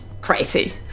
crazy